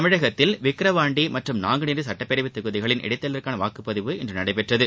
தமிழகத்தில் விக்ரவாண்டி மற்றும் நாங்குநேரி சட்டப்பேரவை தொகுதிகளின் இடைத்தேர்தலுக்காள வாக்குப்பதிவு இன்று நடைபெற்றது